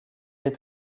est